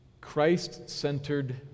Christ-centered